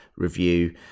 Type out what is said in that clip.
Review